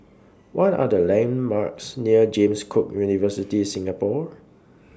What Are The landmarks near James Cook University Singapore